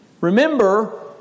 Remember